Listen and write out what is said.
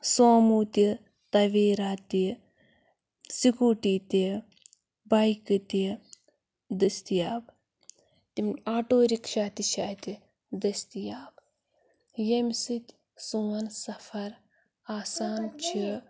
سوموٗ تہِ تَویرا تہِ سِکیٛوٗٹی تہِ بایکہٕ تہِ دٔستِیاب تِم آٹوٗ رِکشا تہِ چھِ اَتہِ دٔستِیاب ییٚمہِ سۭتۍ سون سَفر آسان چھِ